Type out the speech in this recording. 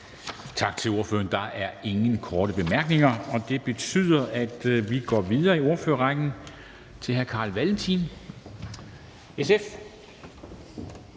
Tak til ordføreren. Der er ikke flere korte bemærkninger, og det betyder, at vi kan gå videre i ordførerrækken til fru Kathrine